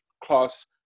class